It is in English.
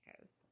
goes